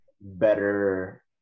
better